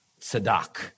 tzedak